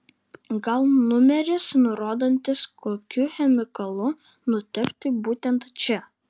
gal numeris nurodantis kokiu chemikalu nutepti būtent čia